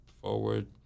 forward